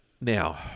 Now